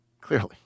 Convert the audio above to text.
Clearly